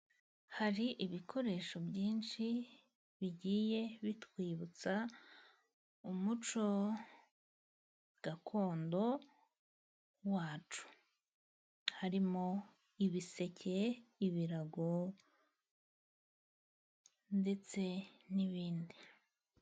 Hari ibikoresho byinshi bigiye bitwibutsa umuco gakondo wacu. Harimo ibiseke, ibirago, ndetse n'ibindi.